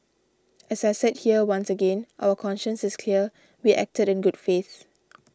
as I said here once again our conscience is clear we acted in good faith